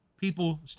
people